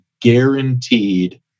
guaranteed